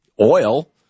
oil